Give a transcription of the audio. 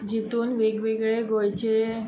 जातून वेगवेगळे गोंयचे